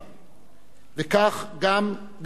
וכך גם בשנותיו האחרונות,